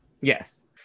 Yes